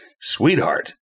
sweetheart